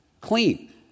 clean